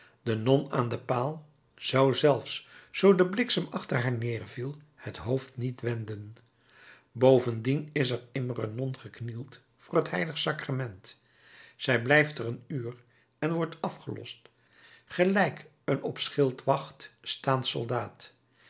de non aan den paal zou zelfs zoo de bliksem achter haar neerviel het hoofd niet wenden bovendien is er immer een non geknield voor het h sacrament zij blijft er een uur en wordt afgelost gelijk een op schildwacht staand soldaat